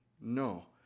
No